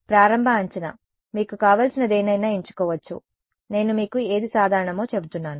ప్రారంభ అంచనా మీరు మీకు కావలసిన దేన్నైనా ఎంచుకోవచ్చు నేను మీకు ఏది సాధారణమో చెబుతున్నాను